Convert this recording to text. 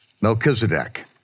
Melchizedek